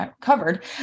covered